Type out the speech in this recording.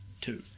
Two